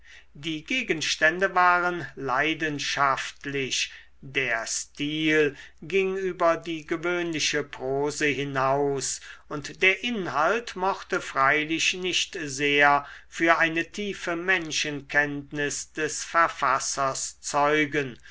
die gegenstände waren leidenschaftlich der stil ging über die gewöhnliche prose hinaus und der inhalt mochte freilich nicht sehr für eine tiefe menschenkenntnis des verfassers zeugen